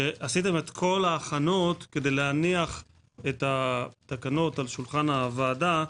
שעשיתם את כל ההכנות כדי להניח את התקנות על שולחן הוועדה,